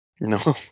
No